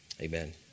Amen